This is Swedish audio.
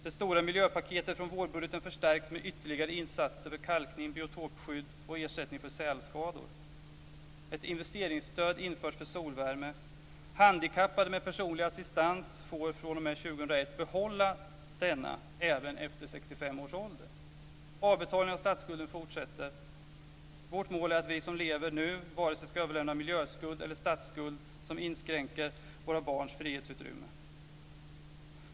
Det stora miljöpaketet från vårbudgeten förstärks med ytterligare insatser för kalkning, biotopskydd och ersättning för sälskador. Ett investeringsstöd införs för solvärme. år 2001 behålla denna även efter 65 års ålder. Avbetalningen på statsskulden fortsätter. Vårt mål är att vi som lever nu inte ska överlämna vare sig en miljöskuld eller en statsskuld som inskränker våra barns frihetsutrymme.